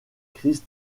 christ